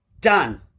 done